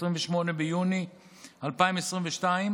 28 ביוני 2022,